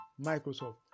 Microsoft